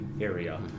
area